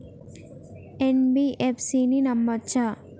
NBFC ని నమ్మచ్చా?